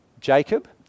Jacob